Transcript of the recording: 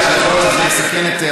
זה המודל שאנחנו רוצים כאן.